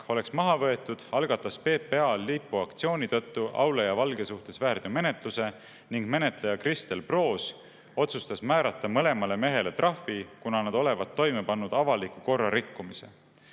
oleks maha võetud, algatas PPA lipuaktsiooni tõttu Aule ja Valge suhtes väärteomenetluse ning menetleja Kristel Proos otsustas määrata mõlemale mehele trahvi, kuna nad olevat toime pannud avaliku korra rikkumise.